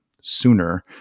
sooner